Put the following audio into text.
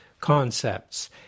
concepts